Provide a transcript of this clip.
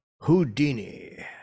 Houdini